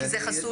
זה חסוי?